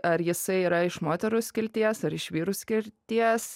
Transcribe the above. ar jisai yra iš moterų skilties ar iš vyrų skirties